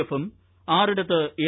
എഫും ആറിടത്ത് എൽ